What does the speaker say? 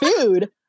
food